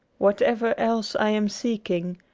whatever else i am seeking,